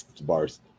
bars